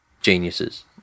Geniuses